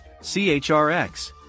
CHRX